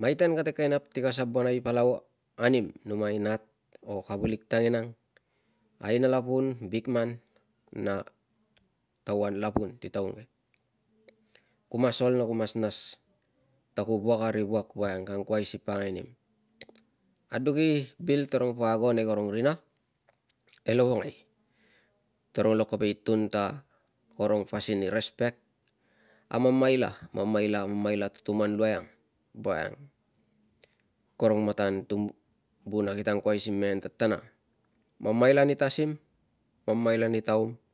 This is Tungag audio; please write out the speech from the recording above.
Maiten kate kovek i nap si ka sabonai palau anim numai nat o kavulik tanginang, aina lapun, bikman na tauan lapun ti taun ke. Ku mas ol na ku mas nas ta ku wuak a ri wuak woiang ka angkuai si pakangai nim. Aduk i bil tarung po ago nei karung rina e lovongai, toro lo kovek i tun ta karong pasin i rispek, a mamaila mamaila mamaila tutuman luai ang woiang karung matan tumbuna kite angkuai si mengen tatana. Mamaila ni tasim, mamaila ni taum